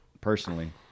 personally